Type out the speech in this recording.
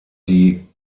die